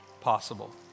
possible